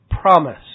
promise